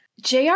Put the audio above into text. Jr